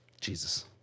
Jesus